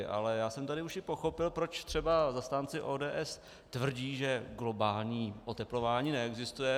Ale já jsem tady už i pochopil, proč třeba zastánci ODS tvrdí, že globální oteplování neexistuje.